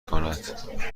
کند